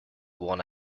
one